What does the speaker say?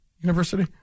University